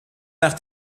nach